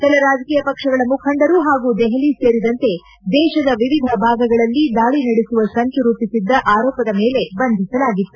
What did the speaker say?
ಕೆಲ ರಾಜಕೀಯ ಪಕ್ಷಗಳ ಮುಖಂಡರು ಪಾಗೂ ದೆಹಲಿ ಸೇರಿದಂತೆ ದೇಶದ ವಿವಿಧ ಭಾಗಗಳಲ್ಲಿ ದಾಳಿ ನಡೆಸುವ ಸಂಚು ರೂಪಿಸಿದ್ದ ಆರೋಪದ ಮೇಲೆ ಬಂಧಿಸಲಾಗಿತ್ತು